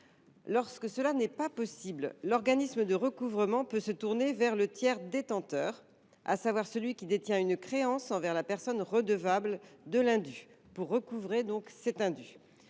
Lorsque cela n’est pas possible, l’organisme de recouvrement peut se tourner vers le tiers détenteur, à savoir celui qui détient une créance envers la personne redevable de l’indu, pour recouvrer celui ci.